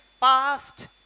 past